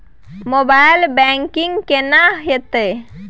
Mobile banking केना हेते?